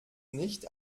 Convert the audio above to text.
nicht